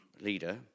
Leader